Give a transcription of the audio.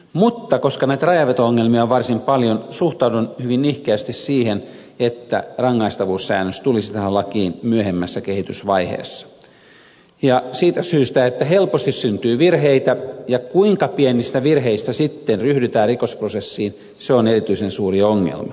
mutta koska näitä rajanveto ongelmia on varsin paljon suhtaudun hyvin nihkeästi siihen että rangaistavuussäännös tulisi tähän lakiin myöhemmässä kehitysvaiheessa siitä syystä että helposti syntyy virheitä ja kuinka pienistä virheistä sitten ryhdytään rikosprosessiin se on erityisen suuri ongelma